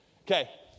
Okay